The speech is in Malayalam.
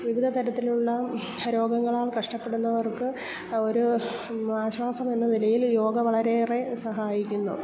വിവിധ തരത്തിലുള്ള രോഗങ്ങളാൽ കഷ്ടപ്പെടുന്നവർക്ക് ഒരു ആശ്വാസമെന്ന നിലയിൽ യോഗ വളരെയേറെ സഹായിക്കുന്നു